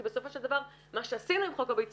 כי בסופו של דבר מה שעשינו עם חוק הביציות,